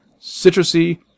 citrusy